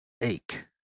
ache